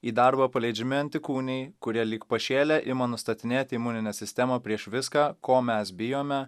į darbą paleidžiami antikūniai kurie lyg pašėlę ima nustatinėti imuninę sistemą prieš viską ko mes bijome